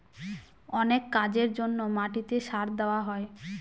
অনেক কাজের জন্য মাটিতে সার দেওয়া হয়